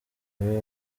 iwe